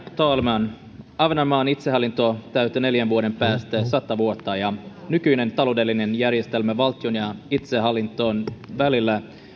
talman ahvenanmaan itsehallinto täyttää neljän vuoden päästä sata vuotta ja nykyinen taloudellinen järjestelmä valtion ja itsehallinnon välillä